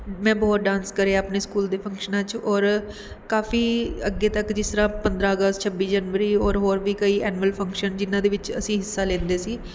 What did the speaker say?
ਮੈਂ ਬਹੁਤ ਡਾਂਸ ਕਰਿਆ ਆਪਣੇ ਸਕੂਲ ਦੇ ਫੰਕਸ਼ਨਾਂ ਵਿੱਚ ਔਰ ਕਾਫੀ ਅੱਗੇ ਤੱਕ ਜਿਸ ਤਰ੍ਹਾਂ ਪੰਦਰ੍ਹਾਂ ਅਗਸਤ ਛੱਬੀ ਜਨਵਰੀ ਔਰ ਹੋਰ ਵੀ ਕਈ ਐਨੁਅਲ ਫੰਕਸ਼ਨ ਜਿਹਨਾਂ ਦੇ ਵਿੱਚ ਅਸੀਂ ਹਿੱਸਾ ਲੈਂਦੇ ਸੀ